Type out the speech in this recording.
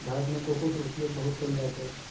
भारत मे कोको के उपयोग बहुत कयल जाइत अछि